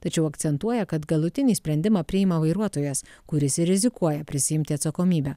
tačiau akcentuoja kad galutinį sprendimą priima vairuotojas kuris ir rizikuoja prisiimti atsakomybę